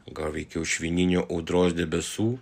gal veikiau švininių audros debesų